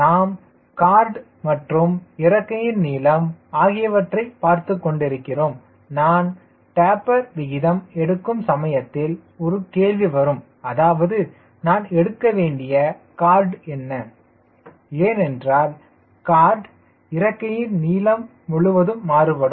நாம் கார்டு மற்றும் இறக்கையின் நீளம் ஆகியவற்றை பார்த்துக்கொண்டிருக்கிறோம் நான் டேப்பர் விகிதம் எடுக்கும் சமயத்தில் ஒரு கேள்வி வரும் அதாவது நான் எடுக்கவேண்டிய கார்டு என்ன ஏனென்றால் கார்டு இறக்கையின் நீளம் முழுவதும் மாறுபடும்